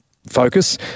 focus